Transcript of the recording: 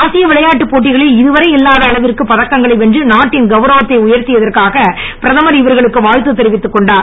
ஆசிய விளையாட்டுப் போட்டிகளில் இதுவரை இல்லாத அளவிற்கு பதக்கங்களை வென்று நாட்டின் கவுரவத்தை உயர்த்தியதற்காக பிரதமர் இவர்களுக்கு வாழ்த்து தெரிவித்துக் கொண்டார்